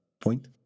point